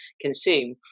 consume